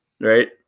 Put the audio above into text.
Right